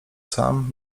sam